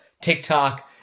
TikTok